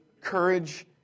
courage